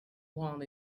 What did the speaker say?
want